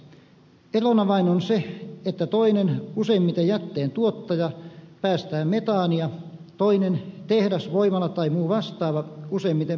erona vain on se että toinen useimmiten jätteen tuottaja päästää metaania toinen tehdas voimala tai muu vastaava useimmiten pelkkää hiilidioksidia